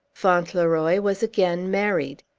fauntleroy was again married.